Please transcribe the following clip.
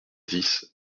dix